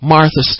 Martha